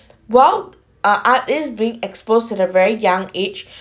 well our art is being exposed at a very young age